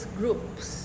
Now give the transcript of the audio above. groups